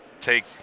take